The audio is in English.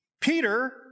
Peter